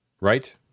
right